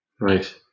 Right